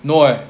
no eh